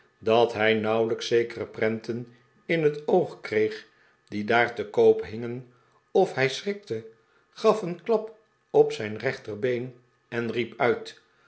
dat hij nauwelijks zekere prenten in het oog kreeg die daar te koop hingen of hij schrikte gaf een klap op zijn rechterbeen en riep uit